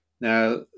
Now